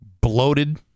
Bloated